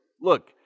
Look